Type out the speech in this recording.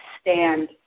stand